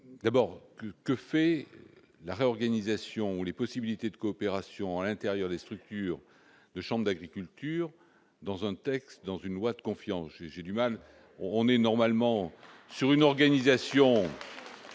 d'abord, que fait la réorganisation ou les possibilités de coopération à l'intérieur des structures de chambres d'agriculture dans un texte dans une loi de confiance, j'ai du mal, on est normalement sur une organisation